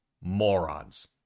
morons